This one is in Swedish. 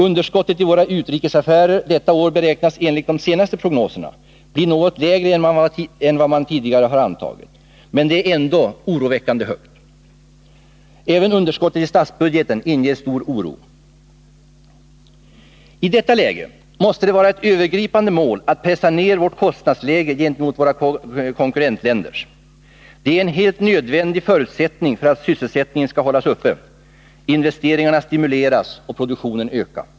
Underskottet i våra utrikesaffärer detta år beräknas enligt de senaste prognoserna bli något lägre än vad man tidigare har antagit, men det är ändå oroväckande högt. Även underskottet i statsbudgeten inger stor oro. I detta läge måste det vara ett övergripande mål att pressa ner vårt kostnadsläge gentemot våra konkurrentländers. Det är en helt nödvändig förutsättning för att sysselsättningen skall hållas uppe, investeringarna stimuleras och produktionen öka.